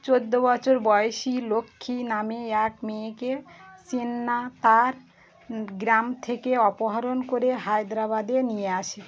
চোদ্দো বছর বয়সী লক্ষ্মী নামে এক মেয়েকে চিন্না তার গ্রাম থেকে অপহরণ করে হায়দ্রাবাদে নিয়ে আসে